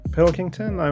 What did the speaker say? Pilkington